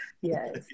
Yes